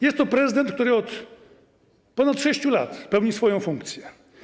Jest to prezydent, który od ponad 6 lat pełni swoją funkcję.